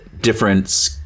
different